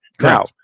Now